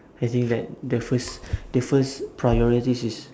I think that the first the first priorities is